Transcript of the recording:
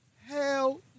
Hell